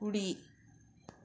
కుడి